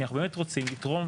כי אנחנו באמת רוצים לתרום.